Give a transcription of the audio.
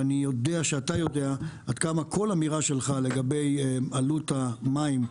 ואני יודע שאתה יודע עד כמה כל אמירה שלך לגבי עלות המים,